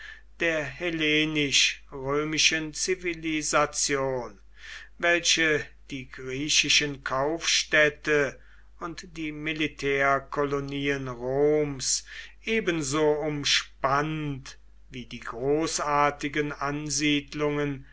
der hellenisch römischen zivilisation welche die griechischen kaufstädte und die militärkolonien roms ebenso umspannt wie die großartigen ansiedlungen